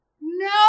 No